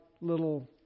little